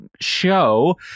show